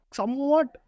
somewhat